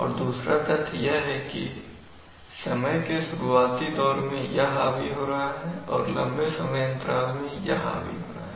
और दूसरा तथ्य यह है कि समय के शुरुआती दौर में यह हावी हो रहा है और लंबे समय अंतराल में यह हावी हो रहा है